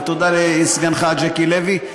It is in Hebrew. ותודה לסגנך ז'קי לוי.